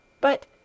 But